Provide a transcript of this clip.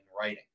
writing